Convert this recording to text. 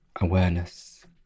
awareness